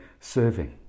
serving